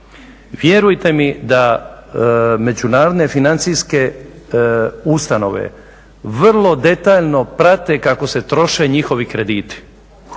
Vjerujte mi da međunarodne financijske ustanove vrlo detaljno prate kako se troše njihovi krediti.